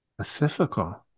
Pacifical